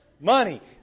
money